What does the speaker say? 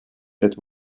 that